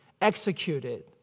executed